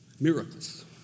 miracles